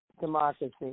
democracy